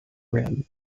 rim